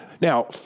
Now